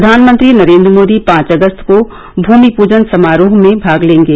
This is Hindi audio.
प्रधानमंत्री नरेन्द्र मोदी पांच अगस्त को भूमि पुजन समारोह में भाग लेंगे